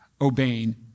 obeying